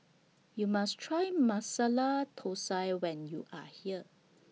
YOU must Try Masala Thosai when YOU Are here